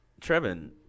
Trevin